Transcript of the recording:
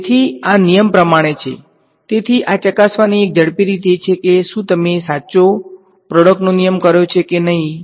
તેથી આ નિયમ પ્રમાણે છેતેથી આ ચકાસવાની એક ઝડપી રીત છે કે શું તમે સાચો પ્રોડક્ટનો નિયમ કર્યો છે કે નહીં